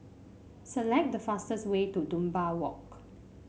select the fastest way to Dunbar Walk